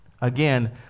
Again